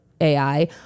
AI